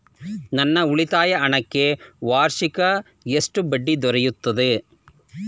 ನನ್ನ ಉಳಿತಾಯ ಹಣಕ್ಕೆ ವಾರ್ಷಿಕ ಎಷ್ಟು ಬಡ್ಡಿ ದೊರೆಯುತ್ತದೆ?